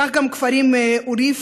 כך גם הכפרים עוריף,